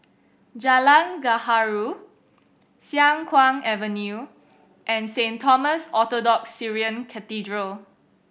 Jalan Gaharu Siang Kuang Avenue and Saint Thomas Orthodox Syrian Cathedral